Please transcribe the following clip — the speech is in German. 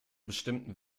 bestimmten